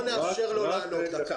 בואו נאפשר לו לענות.